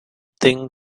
thing